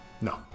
No